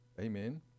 Amen